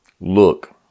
Look